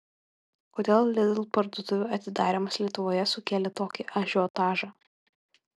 kodėl lidl parduotuvių atidarymas lietuvoje sukėlė tokį ažiotažą